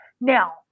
now